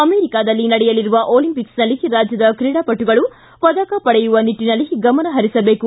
ಅಮೆರಿಕದಲ್ಲಿ ನಡೆಯಲಿರುವ ಒಲಿಂಪಿಕ್ಸ್ನಲ್ಲಿ ರಾಜ್ಯದ ಕ್ರೀಡಾಪಟುಗಳು ಪದಕ ಪಡೆಯುವ ನಿಟ್ಟನಲ್ಲಿ ಗಮನ ಹರಿಸಬೇಕು